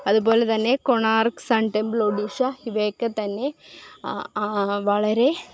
അതുപോലെ തന്നെ Konark sun temple Odisha ഇവയൊക്കെ തന്നെ വളരെ